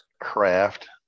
craft